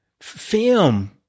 film